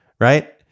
right